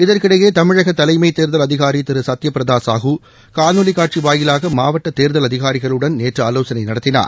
இதற்கிடையே தமிழக தலைமை தேர்தல் அதிகாரி திரு சத்யபிரதா சாஹூ காணொலி காட்சி வாயிலாக மாவட்ட தேர்தல் அதிகாரிகளுடன் நேற்று ஆலோசனை நடத்தினார்